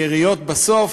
עם יריות בסוף,